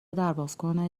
دربازکن